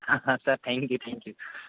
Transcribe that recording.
હા હા sir thank you thank you